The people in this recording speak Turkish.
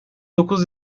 dokuz